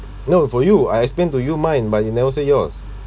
no for you I explained to you mine but you never say yours